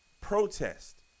protest